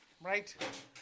Right